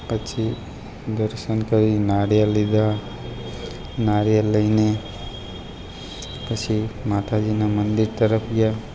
પછી દર્શન કરી નાળિયેર લીધા નાળિયેર લઈને પછી માતાજીના મંદિર તરફ ગયા